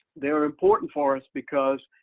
they're important for us because